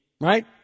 Right